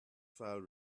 file